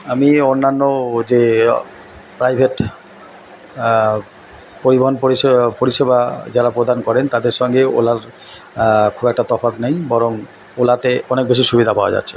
আমি অন্যান্য যে প্রাইভেট পরিবহণ পরিষেবা পরিষেবা যারা প্রদান করেন তাদের সঙ্গে ওলার খুব একটা তফাৎ নেই বরং ওলাতে অনেক বেশি সুবিধা পাওয়া যাচ্ছে